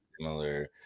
similar